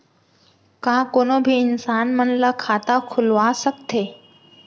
का कोनो भी इंसान मन ला खाता खुलवा सकथे?